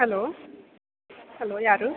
hello hello ಯಾರು